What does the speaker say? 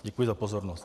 Děkuji za pozornost.